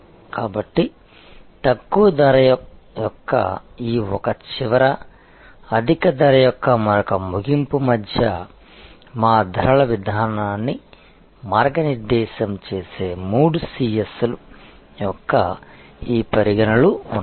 కాబట్టి తక్కువ ధర యొక్క ఈ ఒక చివర అధిక ధర యొక్క మరొక ముగింపు మధ్య మా ధరల విధానాన్ని మార్గనిర్దేశం చేసే మూడు C'S యొక్క ఈ పరిగణనలు ఉన్నాయి